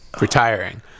retiring